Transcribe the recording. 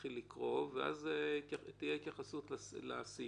נתחיל לקרוא את הצעת החוק ואז תהיה התייחסות לסעיפים.